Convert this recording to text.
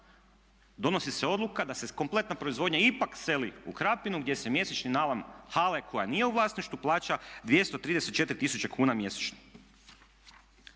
donosi se odluka da se kompletna proizvodnja ipak seli u Krapinu gdje se mjesečni najam hale koja nije u vlasništvu plaća 234 tisuće kuna mjesečno.